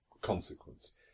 consequence